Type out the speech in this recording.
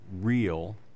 real